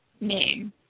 name